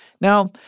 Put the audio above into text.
Now